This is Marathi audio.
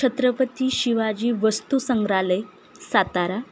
छत्रपती शिवाजी वस्तूसंग्रहालय सातारा